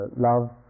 love